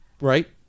right